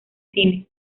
cine